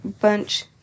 bunch